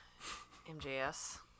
MJS